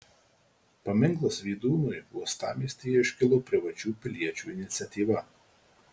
paminklas vydūnui uostamiestyje iškilo privačių piliečių iniciatyva